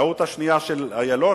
הטעות השנייה של אילון,